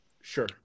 sure